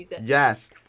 yes